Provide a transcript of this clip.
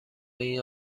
این